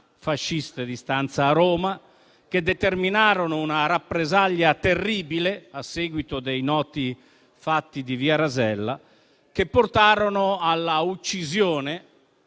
fasciste di stanza a Roma, che determinarono una rappresaglia terribile a seguito dei noti fatti di Via Rasella e portarono alla uccisione